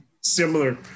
similar